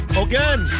again